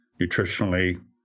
nutritionally